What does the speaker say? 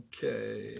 Okay